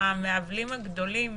המעוולים הגדולים